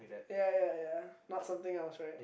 ya ya ya not something I will share